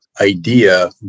idea